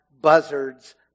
buzzards